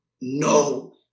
no